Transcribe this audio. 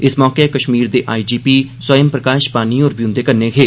इस मौके कश्मीर दे I G P Swayam Prakash पानी होर बी उंदे कन्नै हे